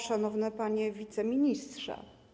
Szanowny Panie Wiceministrze!